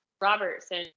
Robertson